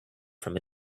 from